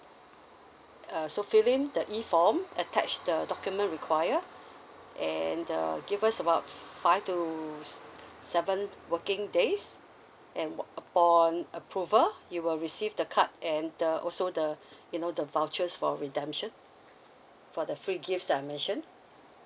uh so filling the E form attach the document require and uh give us about five to s~ seven working days and upon approval you will receive the card and the also the you know the vouchers for redemption for the free gifts that I've mention